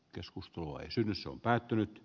joskus tuo esitys on päättynyt